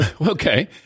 Okay